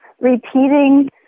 repeating